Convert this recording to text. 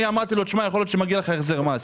אמרתי לו שיכול להיות שמגיע לו החזר מס.